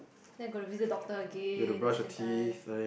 then got to visit doctor again the second time